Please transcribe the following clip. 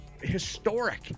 historic